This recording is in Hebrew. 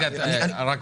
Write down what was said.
איתי, אני רוצה לענות לך.